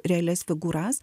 realias figūras